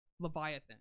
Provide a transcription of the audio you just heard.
Leviathan